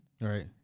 Right